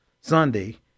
Sunday